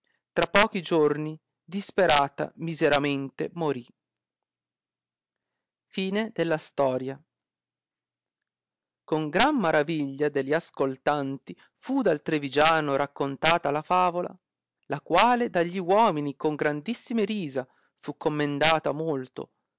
tra pochi giorni disperata miseramente morì con gran maraviglia de gli ascoltanti fu dal tritigiano raccontata la favola la quale dagli uomini con grandissime risa fu commendata molto